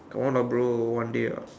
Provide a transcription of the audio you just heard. come on lah bro one day ah